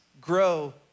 grow